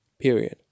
Period